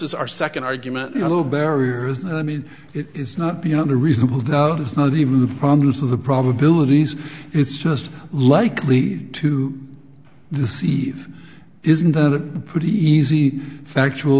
is our second argument you know barry i mean it's not beyond a reasonable doubt it's not even the probabilities it's just likely to receive isn't the pretty easy factual